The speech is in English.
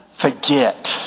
Forget